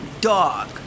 dog